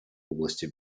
области